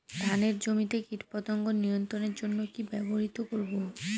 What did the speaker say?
ধানের জমিতে কীটপতঙ্গ নিয়ন্ত্রণের জন্য কি ব্যবহৃত করব?